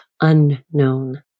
unknown